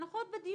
אנחנו עוד בדיון.